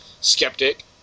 skeptic